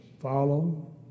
Follow